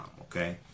Okay